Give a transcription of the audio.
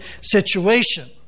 situation